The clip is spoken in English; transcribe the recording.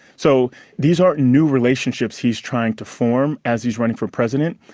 so these aren't new relationships he's trying to form as he's running for president.